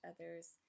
others